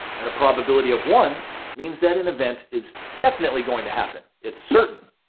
and a probability of one means that an event is definitely going to happen, it's certain.